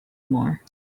more